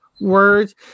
words